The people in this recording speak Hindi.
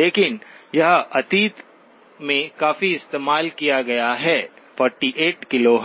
लेकिन यह अतीत में काफी इस्तेमाल किया गया है 48 kHz